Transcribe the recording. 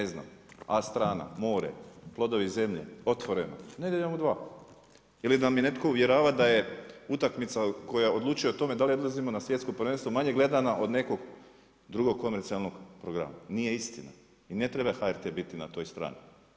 Ne znam, A strana, More, Plodovi zemlje, Otvoreno, Nedjeljom u 2. Ili da me netko uvjerava da je utakmica koja odlučuje o tome da li odlazimo na svjetsko prvenstvo manje gledana od nekog drugog komercijalnog programa, nije istina i ne treba HRT-e biti na toj strani.